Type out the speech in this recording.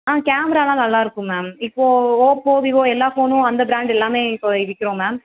ஆ கேமராலாம் நல்லாயிருக்கும் மேம் இப்போது ஓப்போ விவோ எல்லா ஃபோனும் அந்த ப்ராண்ட் எல்லாம் இப்போது விற்கிறோம் மேம்